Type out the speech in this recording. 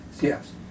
Yes